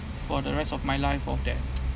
for the rest of my life of that